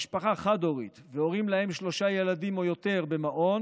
משפחה חד-הורית והורים שיש להם שלושה ילדים או יותר במעון